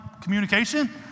communication